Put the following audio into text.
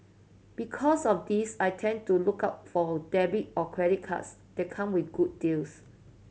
because of this I tend to look out for debit or credit cards that come with good deals